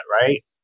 right